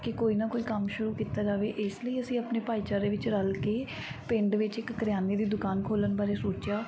ਕਿ ਕੋਈ ਨਾ ਕੋਈ ਕੰਮ ਸ਼ੁਰੂ ਕੀਤਾ ਜਾਵੇ ਇਸ ਲਈ ਅਸੀਂ ਆਪਣੇ ਭਾਈਚਾਰੇ ਵਿੱਚ ਰਲ ਕੇ ਪਿੰਡ ਵਿੱਚ ਇੱਕ ਕਰਿਆਨੇ ਦੀ ਦੁਕਾਨ ਖੋਲਣ ਬਾਰੇ ਸੋਚਿਆ